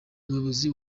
umuyobozi